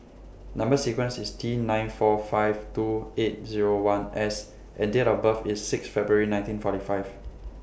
Number sequence IS T nine four five two eight Zero one S and Date of birth IS six February nineteen forty five